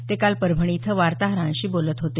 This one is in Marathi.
ते काल परभणी इथं वार्ताहरांशी बोलत होते